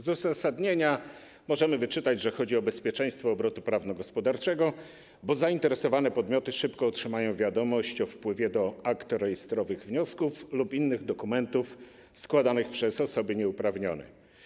Z uzasadnienia możemy wyczytać, że chodzi o bezpieczeństwo obrotu prawno-gospodarczego, bo zainteresowane podmioty szybko otrzymają wiadomość o wpływie do akt rejestrowych wniosków lub innych dokumentów składanych przez osoby nieuprawnione.